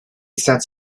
cents